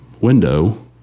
window